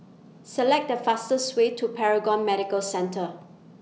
Select The fastest Way to Paragon Medical Centre